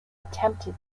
attempted